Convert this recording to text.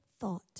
thought